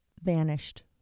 vanished